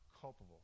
culpable